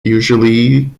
usually